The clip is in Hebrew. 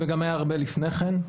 וגם היה הרבה לפני כן,